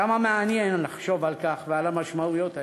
כמה מעניין לחשוב על כך ועל המשמעויות האלה.